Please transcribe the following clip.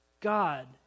God